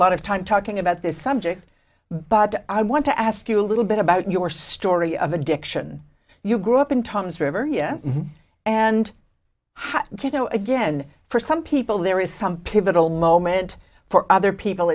lot of time talking about this subject but i want to ask you a little bit about your story of addiction you grew up in toms river and how you know again for some people there is some pivotal moment for other people